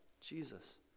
Jesus